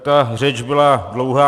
Ta řeč byla dlouhá.